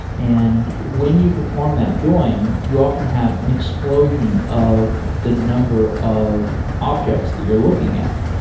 and when you perform that join, you often have an explosion of the number of objects that you're looking at.